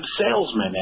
salesmen